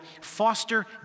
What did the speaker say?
foster